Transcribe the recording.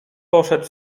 poszedł